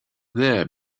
there